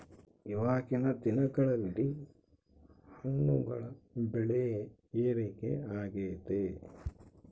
ಇವಾಗಿನ್ ದಿನಗಳಲ್ಲಿ ಹಣ್ಣುಗಳ ಬೆಳೆ ಏರಿಕೆ ಆಗೈತೆ